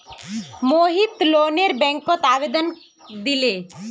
मोहित लोनेर बैंकत आवेदन दिले